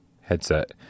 headset